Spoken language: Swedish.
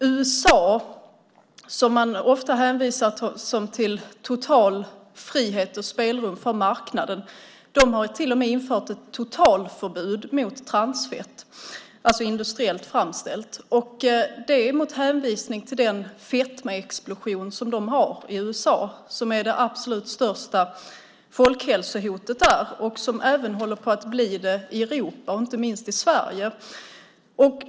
USA, som ofta anses stå för total frihet och spelrum för marknaden, har till och med infört ett totalförbud mot industriellt framställt transfett med hänvisning till den fetmaexplosion som de har. Det är det absolut största folkhälsohotet där, och håller även på att bli det i Europa, inte minst i Sverige.